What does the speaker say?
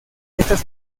estas